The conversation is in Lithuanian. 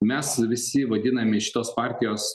mes visi vadinami šitos partijos